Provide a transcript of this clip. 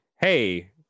hey